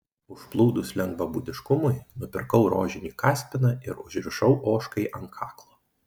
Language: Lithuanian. užplūdus lengvabūdiškumui nupirkau rožinį kaspiną ir užrišau ožkai ant kaklo